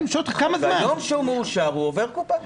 ביום שהוא מאושר, הוא עובר קופה.